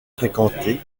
fréquentée